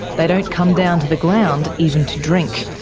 they don't come down to the ground, even to drink,